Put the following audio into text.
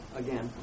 again